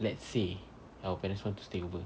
let's say our parents want to stay over